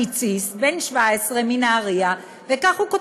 תיכון בשם הדר גיציס, בן 17 מנהריה, כך: